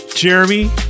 Jeremy